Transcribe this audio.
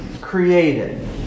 created